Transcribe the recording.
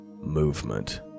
movement